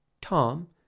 Tom